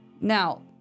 Now